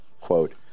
quote